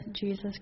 jesus